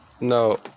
No